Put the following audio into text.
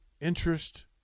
interest